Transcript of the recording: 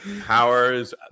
powers